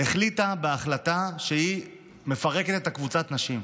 החליטה החלטה שהיא מפרקת את קבוצת הנשים.